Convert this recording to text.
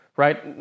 right